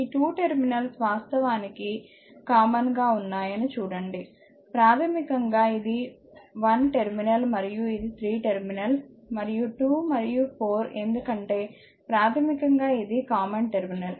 ఈ 2 టెర్మినల్స్ వాస్తవానికి కామన్ఉమ్మడి గా ఉన్నాయి చూడండి ప్రాథమికంగా ఇది 1 టెర్మినల్ మరియు ఇది 3 టెర్మినల్ మరియు 2 మరియు 4 ఎందుకంటే ప్రాథమికంగా ఇది కామన్ టెర్మినల్